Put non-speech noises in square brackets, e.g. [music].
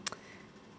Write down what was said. [noise]